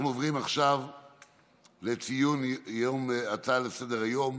אנחנו עוברים עכשיו להצעות לסדר-היום: